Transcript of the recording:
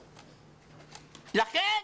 לכן,